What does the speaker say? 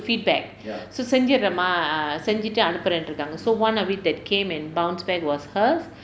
feedback so செஞ்சிறேன் மா செஞ்சிட்டு அனுப்புறேன்ட்டு இருக்காங்க:senjiren maa senjittu anupprenttu irukaanga so one of it that came and bounce back was hers